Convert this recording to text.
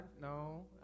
No